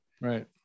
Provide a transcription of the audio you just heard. Right